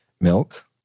milk